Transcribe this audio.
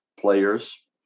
players